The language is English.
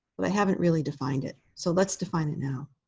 but i haven't really defined it. so let's define it now.